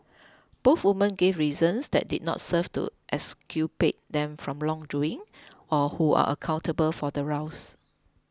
both woman gave reasons that did not serve to exculpate them from wrongdoing or who are accountable for the ruse